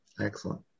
excellent